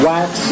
Wax